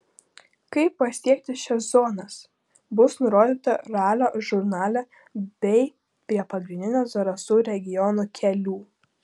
kaip pasiekti šias zonas bus nurodyta ralio žurnale bei prie pagrindinių zarasų regiono kelių